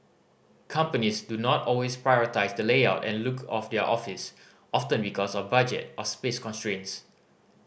companies do not always prioritise the layout and look of their office often because of budget or space constraints